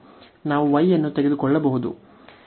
ನಾವು y ಅನ್ನು ತೆಗೆದುಕೊಳ್ಳಬಹುದು